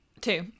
Two